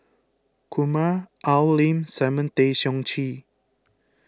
Kumar Al Lim Simon Tay Seong Chee